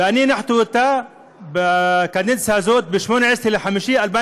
ואני הנחתי אותה בקדנציה הזאת ב-18 במאי